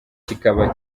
kikaba